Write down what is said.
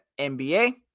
NBA